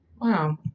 Wow